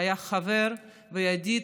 שהיה חבר וידיד,